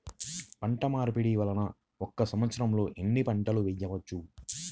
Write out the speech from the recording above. పంటమార్పిడి వలన ఒక్క సంవత్సరంలో ఎన్ని పంటలు వేయవచ్చు?